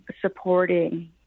supporting